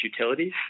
utilities